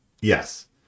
yes